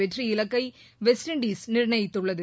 வெற்றி இலக்கை West Indies நிர்ணியித்துள்ளது